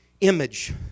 image